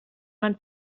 man